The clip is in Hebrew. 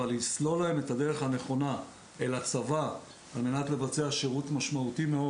אבל לסלול להם את הדרך הנכונה אל הצבא על-מנת לבצע שירות משמעותי מאוד